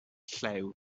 lliw